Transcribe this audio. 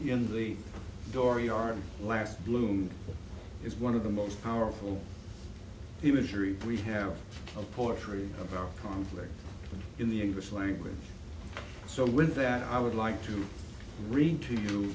in the dooryard last bloom is one of the most powerful imagery we have a poetry about conflict in the english language so with that i would like to read to you